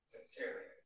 Sincerely